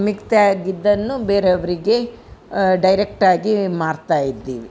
ಮಿಕ್ತೆ ಆಗಿದ್ದನ್ನು ಬೇರೆಯವರಿಗೆ ಡೈರೆಕ್ಟಾಗಿ ಮಾರುತ್ತಾ ಇದ್ದೀವಿ